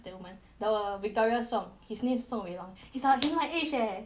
that woman the victoria song his name is song wei long he's until my age leh